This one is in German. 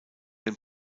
dem